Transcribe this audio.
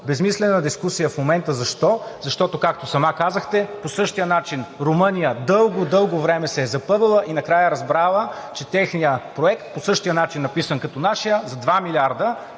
безсмислена дискусия в момента. Защо? Защото, както сама казахте, по същия начин Румъния дълго, дълго време се е запъвала и накрая е разбрала, че техният проект по същия начин написан като нашия с два милиарда